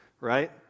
Right